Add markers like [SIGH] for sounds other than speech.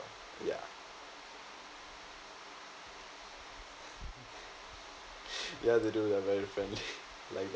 yeah ya they do they are very friendly [LAUGHS] like